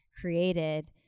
created